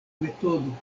metodo